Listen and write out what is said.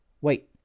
wait